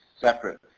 separate